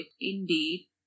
indeed